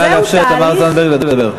נא לאפשר לתמר זנדברג לדבר.